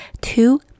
two